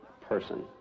person